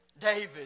David